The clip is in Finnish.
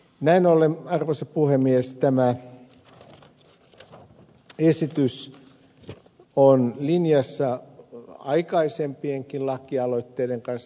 näin ollen arvoisa puhemies tämä esitys on linjassa aikaisempienkin lakialoitteiden kanssa